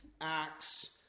acts